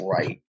Right